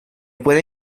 puede